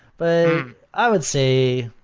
but i would say